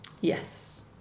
Yes